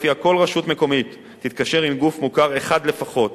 שלפיה כל רשות מקומית תתקשר עם גוף מוכר אחד לפחות